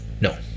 No